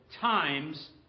times